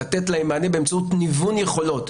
לתת להן מענה באמצעות ניוון יכולות.